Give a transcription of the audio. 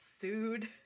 Sued